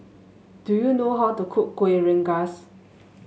do you know how to cook Kueh Rengas